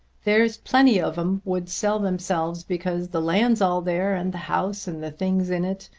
there's plenty of em would sell themselves because the land's all there, and the house, and the things in it.